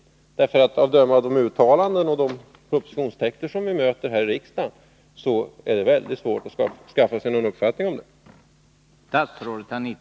Det är väldigt svårt att med ledning av de uttalanden som görs och de propositionstexter Om beredskapssom vi möter här i riksdagen skaffa sig en uppfattning om det.